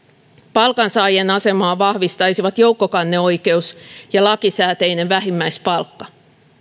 palkansaajien asemaa vahvistaisivat joukkokanneoikeus ja lakisääteinen vähimmäispalkka